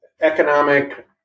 Economic